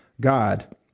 God